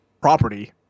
property